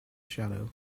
shadow